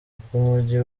bw’umujyi